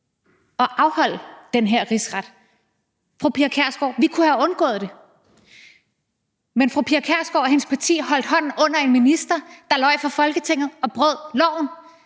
at afholde den her rigsret. Jeg vil sige til fru Pia Kjærsgaard, at vi kunne have undgået det, men fru Pia Kjærsgaard og hendes parti holdt hånden under en minister, der løj for Folketinget og brød loven.